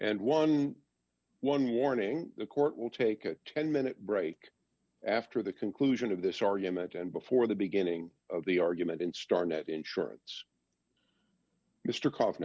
eleven morning the court will take a ten minute break after the conclusion of this argument and before the beginning of the argument and start at insurance mr coffee